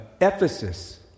Ephesus